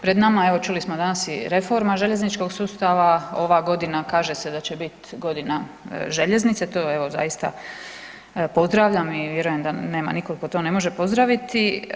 Pred nama je evo čuli smo danas i reforma željezničkog sustava, ova godina kaže se da će biti godina željeznice, to evo zaista pozdravljam i vjerujem da nema nitko to to ne može pozdraviti.